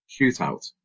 shootout